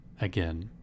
again